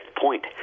point